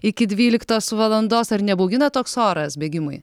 iki dvyliktos valandos ar nebaugina toks oras bėgimui